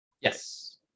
Yes